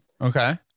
Okay